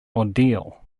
ordeal